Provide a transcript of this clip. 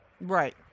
Right